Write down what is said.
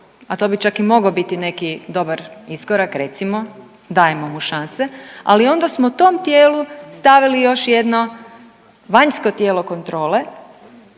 a to bi čak i mogao biti neki dobar iskorak recimo dajemo mu šanse, ali onda smo tom tijelu stavili još jedno vanjsko tijelo kontrole